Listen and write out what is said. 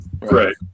Right